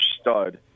stud